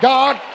God